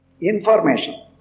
information